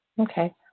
Okay